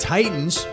Titans